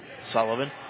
Sullivan